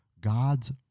God's